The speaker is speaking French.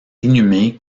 inhumé